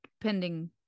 pending